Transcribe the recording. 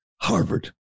Harvard